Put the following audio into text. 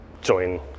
join